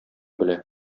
белә